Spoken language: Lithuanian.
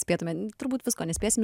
spėtume turbūt visko nespėsime